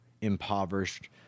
impoverished